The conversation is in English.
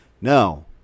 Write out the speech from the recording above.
No